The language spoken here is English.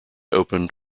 opened